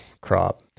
crop